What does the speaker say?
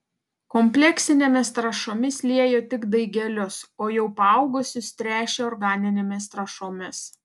kompleksinėmis trąšomis liejo tik daigelius o jau paaugusius tręšė organinėmis trąšomis